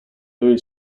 very